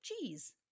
cheese